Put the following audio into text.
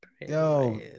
Yo